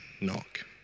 Knock